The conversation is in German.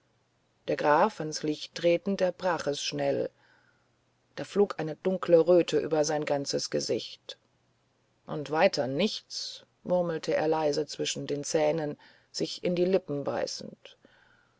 der graf ans licht tretend erbrach es schnell da flog eine dunkle röte über sein ganzes gesicht und weiter nichts murmelte er leise zwischen den zähnen sich in die lippen beißend